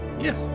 Yes